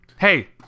hey